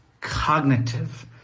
cognitive